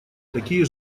такие